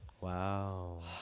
Wow